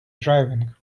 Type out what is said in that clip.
driving